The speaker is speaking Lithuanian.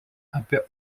apie